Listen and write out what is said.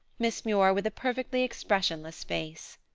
miss muir with a perfectly expressionless face.